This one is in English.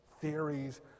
theories